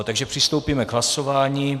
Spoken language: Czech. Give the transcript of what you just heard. Takže přistoupíme k hlasování.